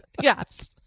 Yes